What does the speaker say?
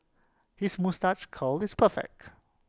his moustache curl is perfect